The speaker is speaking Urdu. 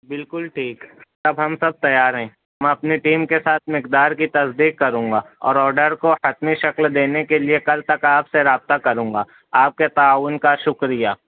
بالکل ٹھیک اب ہم سب تیار ہیں میں اپنی ٹیم کے ساتھ مقدار کی تصدیق کروں گا اور آڈر کو حتمی شکل دینے کے لیے کل تک آپ سے رابطہ کروں گا آپ کے تعاون کا شکریہ